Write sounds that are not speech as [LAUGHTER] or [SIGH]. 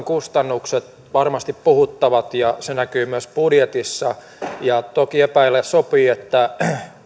[UNINTELLIGIBLE] kustannukset varmasti puhuttavat ja se näkyy myös budjetissa ja toki epäillä sopii että